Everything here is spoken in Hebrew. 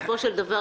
בסופו של דבר,